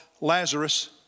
Lazarus